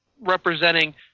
representing